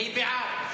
מי בעד?